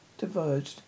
diverged